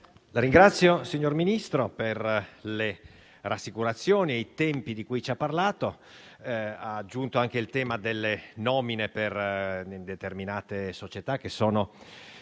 La ringrazio, signor Ministro, per le rassicurazioni e i tempi di cui ci ha parlato. Ha aggiunto anche il tema delle nomine per determinate società, che sono